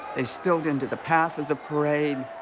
they spilled into the path of the parade.